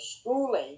schooling